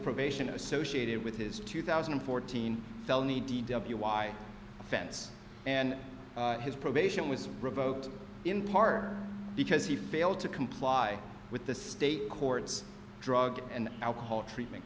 probation associated with his two thousand and fourteen felony you why offense and his probation was revoked in part because he failed to comply with the state courts drug and alcohol treatment